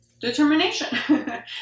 determination